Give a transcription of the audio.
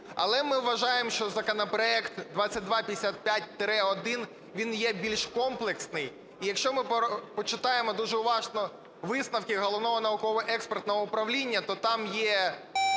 Але ми вважаємо, що законопроект 2255-1, він є більш комплексний. І якщо ми почитаємо дуже уважно висновки Головного науково-експертного управління, то там є